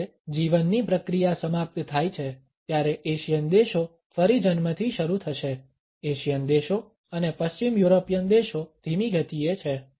જ્યારે જીવનની પ્રક્રિયા સમાપ્ત થાય છે ત્યારે એશિયન દેશો ફરી જન્મથી શરૂ થશે એશિયન દેશો અને પશ્ચિમ યુરોપિયન દેશો ધીમી ગતિએ છે